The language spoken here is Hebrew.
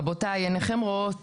רבותיי, עיניכם רואות